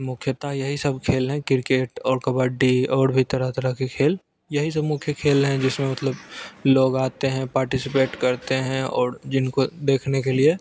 मुख्यत यही सब खेल हैं किरकेट और कबड्डी और भी तरह तरह के खेल यही सब मुख्य खेल हैं जिसमें मतलब लोग आते हैं पार्टिसिपेट करते हैं और जिनको देखने के लिए